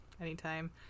Anytime